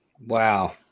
Wow